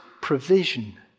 provision